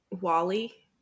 Wally